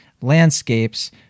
landscapes